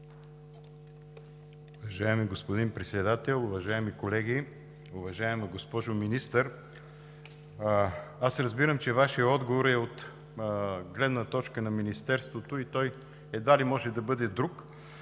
Уважаеми господин Председател, уважаеми колеги! Уважаема госпожо Министър, разбирам, че Вашият отговор е от гледна точка на Министерството и той едва ли може да бъде друг.